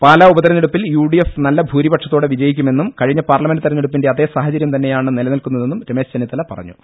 പാലാ ഉപതെരഞ്ഞെടുപ്പിൽ U D F നല്ല ഭൂരിപക്ഷ ത്തോടെ വിജയിക്കു മെന്നും കഴിഞ്ഞ പാർലമെന്റ് തെരഞ്ഞെടുപ്പിന്റെ അതേ സാഹചര്യം തന്നെയാണ് നിലനിൽക്കുന്നതെന്നും രമേശ് ചെന്നിത്തല പറഞ്ഞു